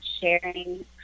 sharing